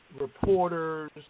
reporters